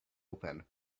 open